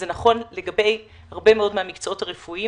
זה נכון לגבי הרבה מאוד מהמקצועות הרפואיים